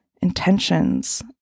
intentions